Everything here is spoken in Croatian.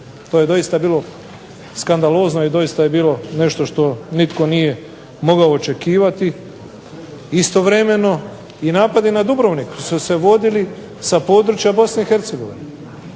to je doista bilo skandalozno i bilo je nešto što nitko nije mogao očekivati. Istovremeno i napadi na Dubrovnik su se vodili sa područja BiH,